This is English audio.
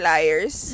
Liars